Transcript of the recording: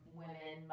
women